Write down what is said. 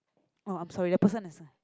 oh I'm sorry the person is uh